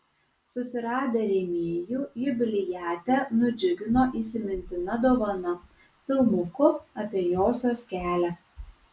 susiradę rėmėjų jubiliatę nudžiugino įsimintina dovana filmuku apie josios kelią